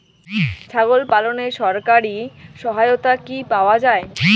ছাগল পালনে সরকারি সহায়তা কি পাওয়া যায়?